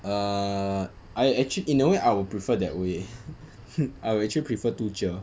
err I actual~ in a way I would prefer that way I would actually prefer two cher